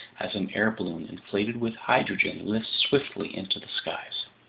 as an air balloon inflated with hydrogen lifts swiftly into the skies.